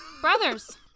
Brothers